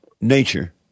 nature